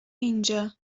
اینجا